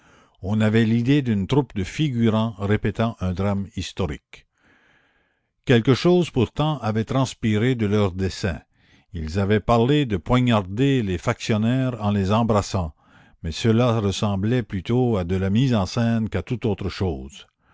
on avait l'idée d'une troupe de figurants répétant un drame historique quelque chose pourtant avait transpiré de leurs desseins ils avaient parlé de poignarder les factionnaires en les embrassant mais cela ressemblait plutôt à de la mise en scène qu'à toute autre chose